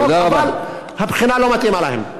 אבל הבחינה לא מתאימה להם.